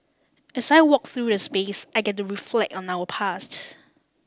as I walk through the space I get to reflect on our past